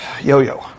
yo-yo